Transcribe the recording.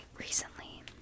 recently